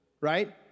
right